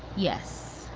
yes.